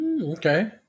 Okay